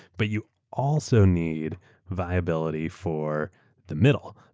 but you also need viability for the middle.